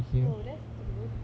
oh that's good